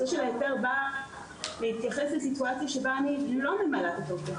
של ההיתר בא להתייחס לסיטואציה שבה אני לא ממלאת את הטופס,